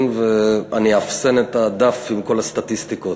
ואני אאפסן את הדף עם כל הסטטיסטיקות.